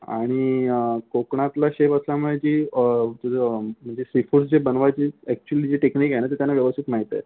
आणि कोकणातला शेफ असल्यामुळे जी म्हणजे सीफूड जे बनवायची ॲक्चुअली जी टेक्निक आहे ना ती त्यांना व्यवस्थित माहीत आहे